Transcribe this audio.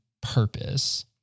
purpose